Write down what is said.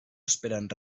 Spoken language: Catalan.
esperen